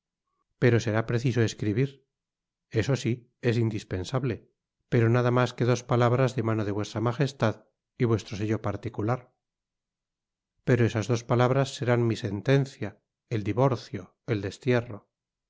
pero será preciso escribir eso si es indispensable pero nada mas que dos palabras de mano de vuestra magestad y vuestro sello particular pero esas dos palabras serán mi sentencia el divorcio el destierro